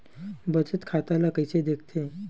बचत खाता ला कइसे दिखथे?